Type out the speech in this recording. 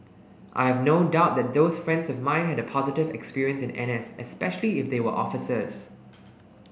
I have no doubt that those friends of mine had a positive experience in NS especially if they were officers